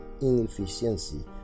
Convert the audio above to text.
inefficiency